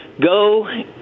go